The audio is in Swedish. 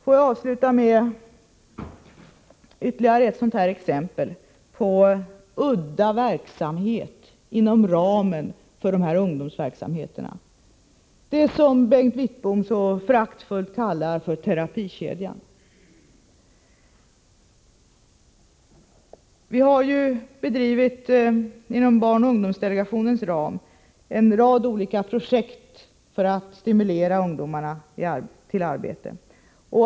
Får jag avsluta med ytterligare ett exempel på udda verksamheter inom ramen för de ungdomsaktiviteter som Bengt Wittbom så föraktfullt kallar för terapikedjan. Inom barnoch ungdomsdelegationens ram har vi bedrivit en rad olika projekt i syfte att stimulera ungdomarna till arbete.